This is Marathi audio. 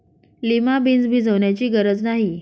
लिमा बीन्स भिजवण्याची गरज नाही